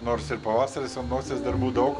nors ir pavasaris ant nosies darbų daug